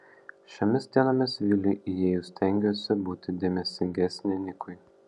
šiomis dienomis viliui įėjus stengiuosi būti dėmesingesnė nikui